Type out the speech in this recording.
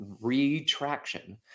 retraction